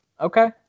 Okay